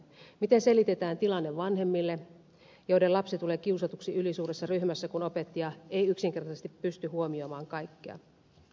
miten selitetään tilanne vanhemmille joiden lapsi tulee kiusatuksi ylisuuressa ryhmässä kun opettaja ei yksinkertaisesti pysty huomioimaan kaikkea